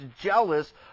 jealous